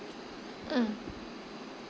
mm